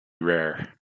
rare